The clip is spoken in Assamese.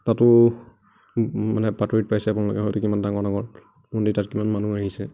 তাতো মানে বাতৰিত পাইছে আপোনালোকে হয়তো কিমান ডাঙৰ ডাঙৰ মন্দিৰ তাত কিমান মানুহ আহিছে